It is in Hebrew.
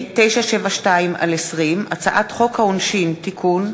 כי הונחו היום על שולחן הכנסת,